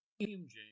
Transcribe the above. James